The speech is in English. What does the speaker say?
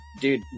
Dude